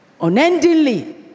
unendingly